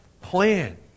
plan